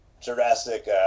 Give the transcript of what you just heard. Jurassic